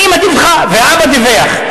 האמא דיווחה והאבא דיווח.